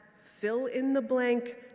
fill-in-the-blank